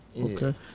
okay